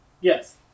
Yes